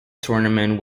tournament